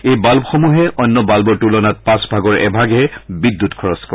এই বাল্বসমূহে অন্য বান্বৰ তুলনাত পাঁচভাগৰ এভাগে বিদ্যুৎ খৰচ কৰে